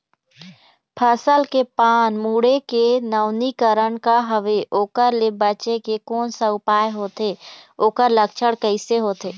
फसल के पान मुड़े के नवीनीकरण का हवे ओकर ले बचे के कोन सा उपाय होथे ओकर लक्षण कैसे होथे?